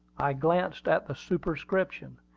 i glanced at the superscription.